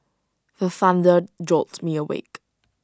the thunder jolt me awake